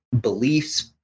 beliefs